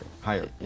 higher